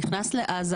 נכנס לעזה,